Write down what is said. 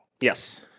Yes